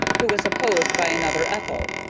who was opposed by another ethel.